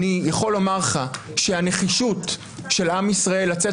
אני יכול לומר לך שהנחישות של עם ישראל לצאת